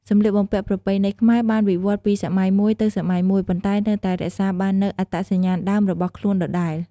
សម្លៀកបំពាក់ប្រពៃណីខ្មែរបានវិវត្តន៍ពីសម័យមួយទៅសម័យមួយ ប៉ុន្តែនៅតែរក្សាបាននូវអត្តសញ្ញាណដើមរបស់ខ្លួនដដែល។